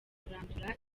kurandura